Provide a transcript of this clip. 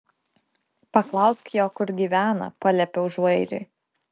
paklausk jo kur gyvena paliepiau žvairiui